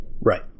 Right